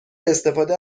استفاده